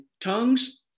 tongues